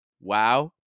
Wow